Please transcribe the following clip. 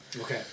Okay